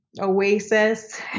oasis